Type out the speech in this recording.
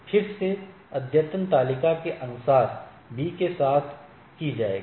फिर से अद्यतन तालिका की तुलना बी के साथ की जाएगी